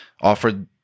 offered